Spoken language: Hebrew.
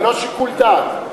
ללא שיקול דעת.